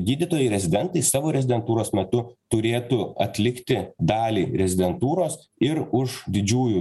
gydytojai rezidentai savo rezidentūros metu turėtų atlikti dalį rezidentūros ir už didžiųjų